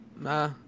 nah